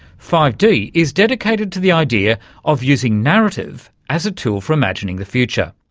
five d is dedicated to the idea of using narrative as a tool for imagining the future.